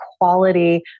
quality